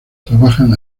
trabajan